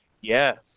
Yes